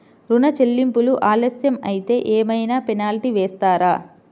ఋణ చెల్లింపులు ఆలస్యం అయితే ఏమైన పెనాల్టీ వేస్తారా?